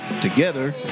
Together